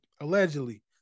allegedly